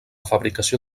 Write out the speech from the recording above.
fabricació